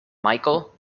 michael